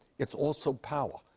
it's also power.